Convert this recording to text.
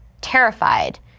terrified